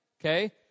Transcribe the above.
Okay